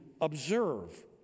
observe